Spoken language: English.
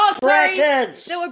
brackets